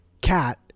cat